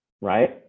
right